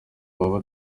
baba